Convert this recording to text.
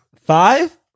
Five